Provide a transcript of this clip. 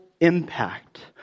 impact